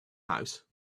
house